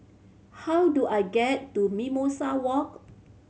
how do I get to Mimosa Walk